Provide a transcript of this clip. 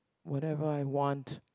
whatever I want